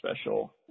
special